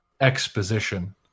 exposition